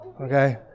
Okay